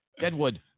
Deadwood